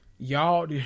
Y'all